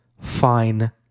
fine